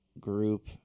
group